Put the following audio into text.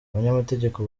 abanyamategeko